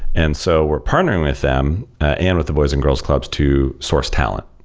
and so we're partnering with them and with the boys and girls clubs to source talent.